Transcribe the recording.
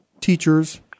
teachers